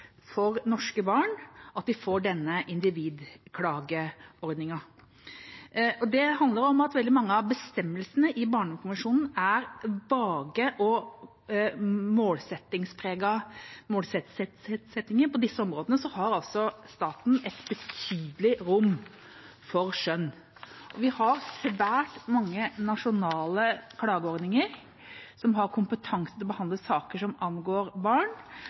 for norske barn å få denne individklageordningen. Det handler om at veldig mange av bestemmelsene i barnekonvensjonen er vage og målsettingspregede, og på disse områdene har altså staten et betydelig rom for skjønn. Vi har svært mange nasjonale klageordninger, som har kompetanse til å behandle saker som angår barn.